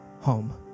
home